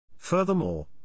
Furthermore